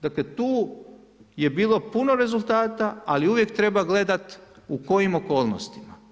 Dakle, tu je bilo puno rezultata, ali uvijek treba gledati u kojim okolnostima.